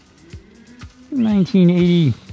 1980